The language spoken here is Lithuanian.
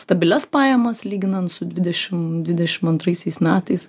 stabilias pajamas lyginant su dvidešim dvidešim antraisiais metais